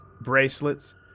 bracelets